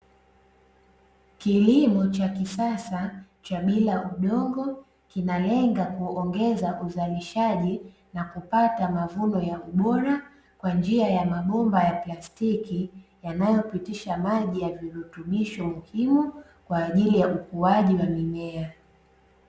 Kilimo cha kisasa cha bila udongo kinalenga kuongeza uzalishaji na kupata mavuno ya ubora, kwa njia ya mabomba ya plastiki yanayopitisha maji ya virutubisho muhimu kwa ajili ya ukuaji wa mimea.